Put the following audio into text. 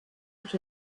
which